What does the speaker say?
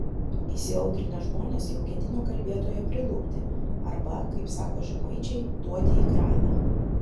įsiaudrinę žmonės jau ketino kalbėtoją prilupti arba kaip sako žemaičiai duoti į kramę